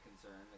concern